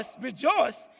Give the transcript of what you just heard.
rejoice